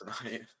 tonight